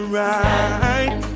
right